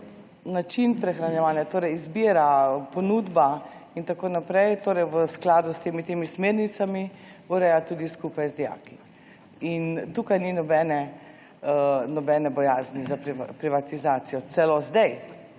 način prehranjevanja, torej izbira, ponudba in tako naprej v skladu z vsemi temi smernicami, ureja tudi skupaj z dijaki. In tukaj ni nobene bojazni za privatizacijo. Celo zdaj,